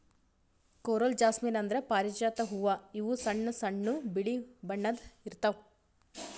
coral jasmine ಅಂದ್ರ ಪಾರಿಜಾತ ಹೂವಾ ಇವು ಸಣ್ಣ್ ಸಣ್ಣು ಬಿಳಿ ಬಣ್ಣದ್ ಇರ್ತವ್